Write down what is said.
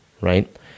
right